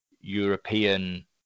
European